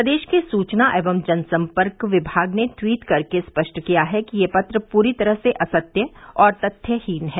प्रदेश के सुचना एवं जन सम्पर्क विभाग ने ट्वीट कर स्पष्ट किया है कि यह पत्र पूरी तरह से असत्य और तथ्यहीन है